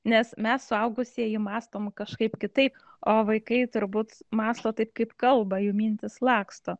nes mes suaugusieji mąstom kažkaip kitaip o vaikai turbūt mąsto taip kaip kalba jų mintys laksto